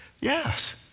yes